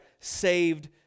saved